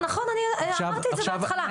נכון, אני אמרתי את זה בהתחלה.